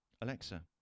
Alexa